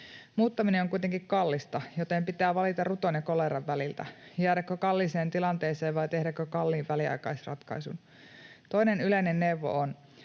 Muuttaminen on kuitenkin kallista, joten pitää valita ruton ja koleran väliltä: jäädäkö kalliiseen tilanteeseen vai tehdäkö kalliin väliaikaisratkaisun. Toinen yleinen neuvo on: